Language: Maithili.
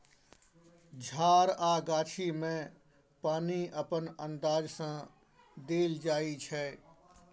झार आ गाछी मे पानि अपन अंदाज सँ देल जाइ छै